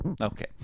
Okay